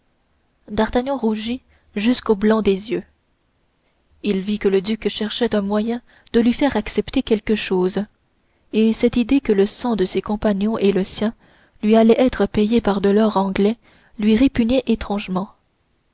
d'artagnan rougit jusqu'au blanc des yeux il vit que le duc cherchait un moyen de lui faire accepter quelque chose et cette idée que le sang de ses compagnons et le sien lui allait être payé par de l'or anglais lui répugnait étrangement